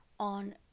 on